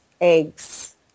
eggs